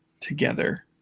together